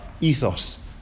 ethos